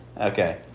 Okay